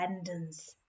abundance